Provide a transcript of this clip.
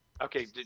Okay